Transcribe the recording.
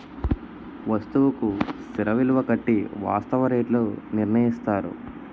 వస్తువుకు స్థిర విలువ కట్టి వాస్తవ రేట్లు నిర్ణయిస్తారు